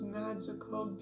magical